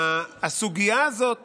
הסוגיה הזאת